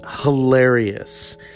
Hilarious